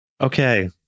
Okay